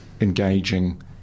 engaging